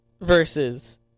Versus